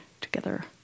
together